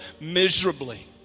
miserably